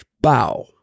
Bow